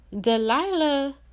Delilah